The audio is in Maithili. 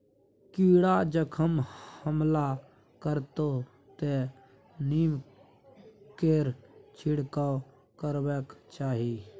कीड़ा जखन हमला करतै तँ नीमकेर छिड़काव करबाक चाही